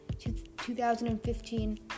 2015